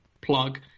Plug